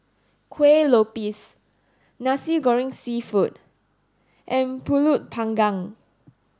Kuih Lopes Nasi Goreng seafood and Pulut panggang